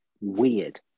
weird